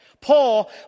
Paul